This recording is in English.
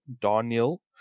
Daniel